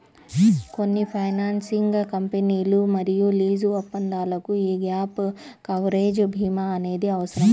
కొన్ని ఫైనాన్సింగ్ కంపెనీలు మరియు లీజు ఒప్పందాలకు యీ గ్యాప్ కవరేజ్ భీమా అనేది అవసరం